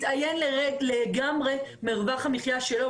מתאיין לגמרי מרווח המחיה שלו,